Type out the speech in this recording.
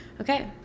Okay